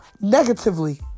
negatively